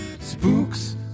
Spooks